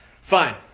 Fine